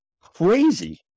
crazy